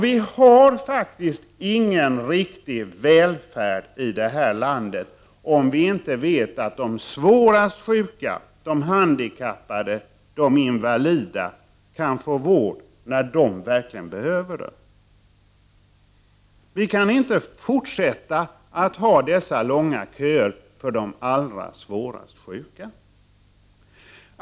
Vi har faktiskt ingen riktig välfärd i det här landet, om vi inte vet att de svårast sjuka, de handikappade, de invalida kan få vård när de verkligen behöver det. Vi kan inte fortsätta att ha dessa långa köer för de allra svårast sjuka.